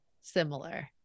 similar